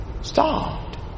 stopped